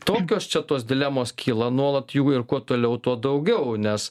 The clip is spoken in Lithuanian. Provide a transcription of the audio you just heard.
tokios čia tos dilemos kyla nuolat jų ir kuo toliau tuo daugiau nes